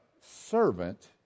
servant